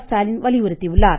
ஸ்டாலின் வலியுறுத்தியுள்ளார்